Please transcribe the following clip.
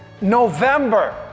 November